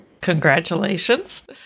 Congratulations